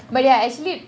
but ya actually